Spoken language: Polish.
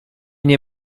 nie